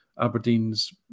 Aberdeen's